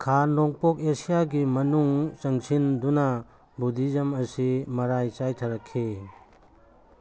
ꯈꯥ ꯅꯣꯡꯄꯣꯛ ꯑꯦꯁꯤꯌꯥꯒꯤ ꯃꯅꯨꯡ ꯆꯪꯁꯤꯟꯗꯨꯅ ꯕꯨꯗꯤꯖꯝ ꯑꯁꯤ ꯃꯔꯥꯏ ꯆꯥꯏꯊꯔꯛꯈꯤ